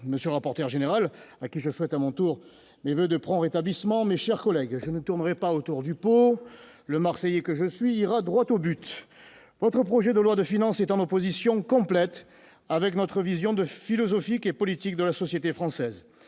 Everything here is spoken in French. monsieur le ministre, monsieur général que je souhaite à mon tour les voeux de prompt rétablissement, mes chers collègues, je ne tournerai pas autour du pot, le Marseillais, que je suis ira droit au but : votre projet de loi de finances est en opposition complète avec notre vision de philosophique et politique de la société française,